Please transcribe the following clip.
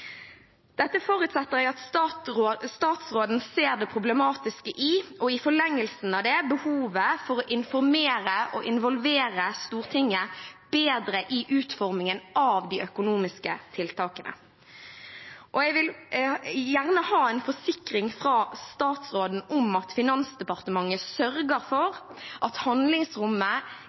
Dette forutsetter jeg at statsråden ser det problematiske i, og i forlengelsen av det behovet for å informere og involvere Stortinget bedre i utformingen av de økonomiske tiltakene. Jeg vil gjerne ha en forsikring fra statsråden om at Finansdepartementet sørger for at handlingsrommet